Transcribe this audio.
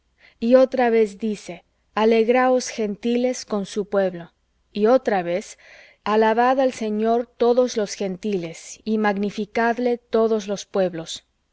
y otra vez dice alegraos gentiles con su pueblo y otra vez alabad al señor todos los gentiles y magnificadle todos los pueblos